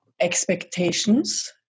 expectations